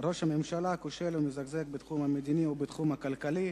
ראש הממשלה כושל ומזגזג בתחום המדיני ובתחום הכלכלי,